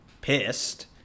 pissed